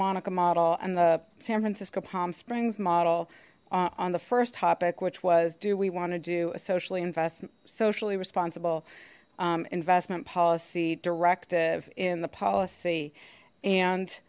monica model and the san francisco palm springs model on the first topic which was do we want to do a socially investment socially responsible investment policy directive in the policy and